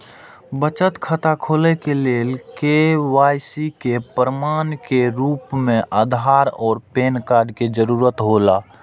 बचत खाता खोले के लेल के.वाइ.सी के प्रमाण के रूप में आधार और पैन कार्ड के जरूरत हौला